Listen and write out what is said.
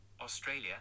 Australia